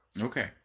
Okay